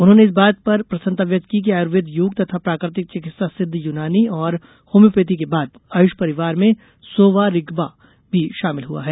उन्होंने इस बात पर प्रसन्नता व्यक्त की कि आयुर्वेद योग तथा प्राकृतिक चिकित्सा सिद्ध यूनानी और होम्योपैथी के बाद आयुष परिवार में सोवा रिगपा भी शामिल हुआ है